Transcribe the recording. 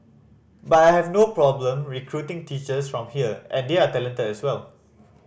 but I have no problem recruiting teachers from here and they are talented as well